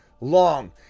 long